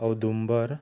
औदुंबर